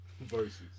Versus